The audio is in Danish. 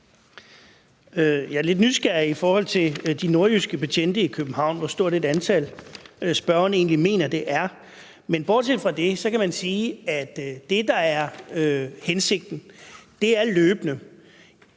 Jeg er lidt nysgerrig i forhold til de nordjyske betjente i København altså hvor stort et antal spørgeren egentlig mener det er, men bortset fra det, kan man sige, at det, der er hensigten, er løbende